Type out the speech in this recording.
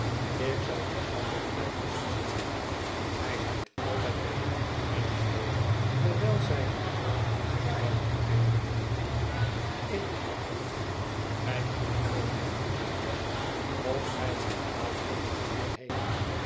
ik zal niet lang wegblijven zei sam gij zijt altijd weg hernam mary terwijl zij haar hoofd een klein weinigje in den nek wierp gij komt nooit mijnheer welier of gij gaat dadelijk weer heen